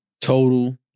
Total